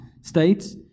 states